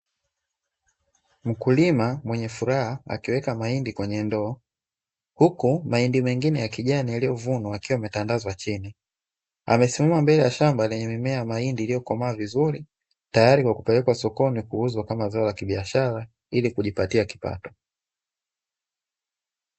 Mkulima mwenye furaha akiweka mahindi kwenye ndoo, huku mahindi mengine ya kijani yaliyovunwa yakiwa yametandazwa chini, amesimama mbele ya shamba lenye mimea ya mahindi iliyokomaa vizuri, tayari kwa kupelekwa sokoni kuuzwa kama zao la kibiashara, ili kujipatia kipato.